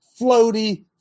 floaty